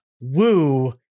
woo